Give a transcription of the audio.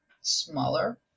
smaller